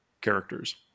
characters